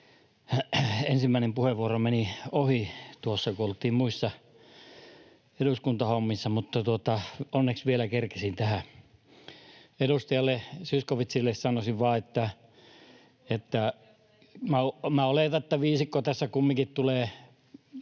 Ensimmäinen puheenvuoro meni ohi tuossa, kun oltiin muissa eduskuntahommissa, mutta onneksi vielä kerkesin tähän. Edustaja Zyskowiczille sanoisin vaan, että minä oletan, että viisikko tässä kumminkin tulee